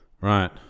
right